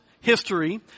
history